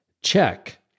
Check